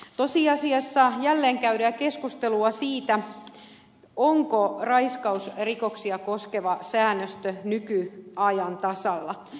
tosiasiassa jälleen käydään keskustelua siitä onko raiskausrikoksia koskeva säännöstö ajan tasalla